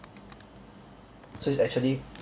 so is actually